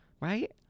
right